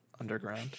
Underground